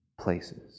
places